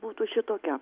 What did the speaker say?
būtų šitokia